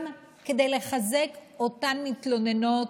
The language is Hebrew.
גם כדי לחזק את אותן מתלוננות,